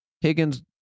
Higgins